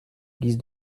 guise